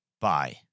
Bye